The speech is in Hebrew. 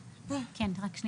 קדוש,